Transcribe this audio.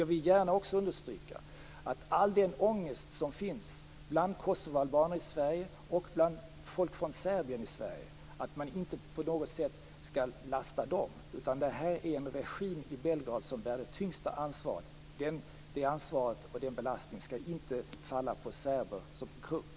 Jag vill också gärna understryka, med tanke på all den ångest som finns bland kosovoalbaner och folk från Serbien i Sverige, att man inte på något sätt skall lasta dem. Det är en regim i Belgrad som bär det tyngsta ansvaret. Det ansvaret och den belastningen skall inte falla på serber som grupp.